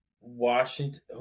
Washington